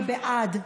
מי בעד?